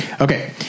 okay